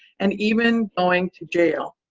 and even going to jail.